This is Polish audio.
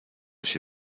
się